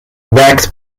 backed